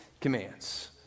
commands